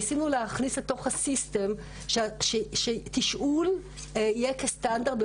ניסינו להכניס לתוך המערכת שיהיה כסטנדרט